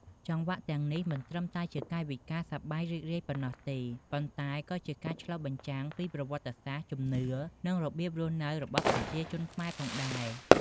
ចង្វាក់ទាំងនេះមិនត្រឹមតែជាកាយវិការសប្បាយរីករាយប៉ុណ្ណោះទេ ប៉ុន្តែក៏ជាការឆ្លុះបញ្ចាំងពីប្រវត្តិសាស្ត្រ ជំនឿ និងរបៀបរស់នៅរបស់ប្រជាជនខ្មែរផងដែរ។